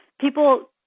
people